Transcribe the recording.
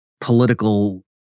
political